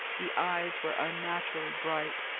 the eyes were unnaturally bright,